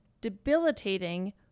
debilitating